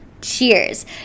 Cheers